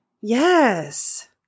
Yes